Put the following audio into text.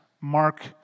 Mark